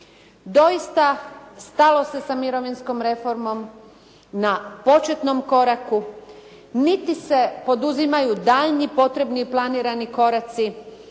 Doista stalo se sa mirovinskom reformom ne početnom koraku, niti se poduzimaju daljnji potrebni planirani koraci,